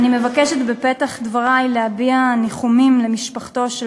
אני מבקשת בפתח דברי להביע ניחומים למשפחתו של